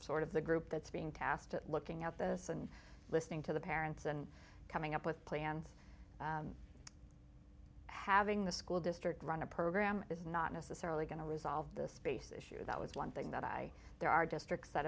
sort of the group that's being cast at looking at this and listening to the parents and coming up with plans having the school district run a program is not necessarily going to resolve the space issue that was one thing that i there are districts that